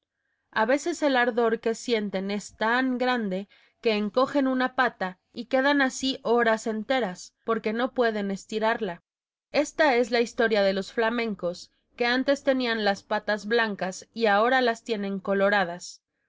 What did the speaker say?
a veces el ardor que sienten es tan grande que encogen una pata y quedan así horas enteras porque no pueden estirarla esta es la historia de los flamencos que antes tenían las patas blancas y ahora las tienen coloradas